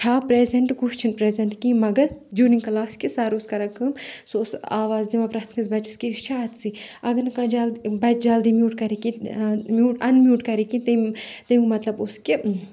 چھا پریٚزَنٹ کُس چھُنہٕ پریٚزَنٹ کینٛہہ مَگر جوٗرِنگ کلاس کہِ سَر اوس کَران کٲم سُہ اوس آواز دِوان پرٛؠتھ کٲنٛسہِ بَچس کہِ یہِ چھا أتسٕے اَگر نہٕ پَتہٕ جلدی بَچہِ جلدی میوٗٹ کَرِہے کینٛہہ میوٗٹ اَن میوٗٹ کَرے کینٛہہ تمیُک مطلب اوس کہِ